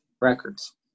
records